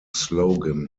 slogan